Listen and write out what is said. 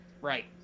Right